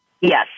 Yes